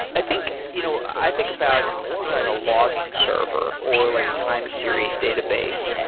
i think you know i think about something like a logging server, or like a time series database.